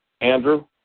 Andrew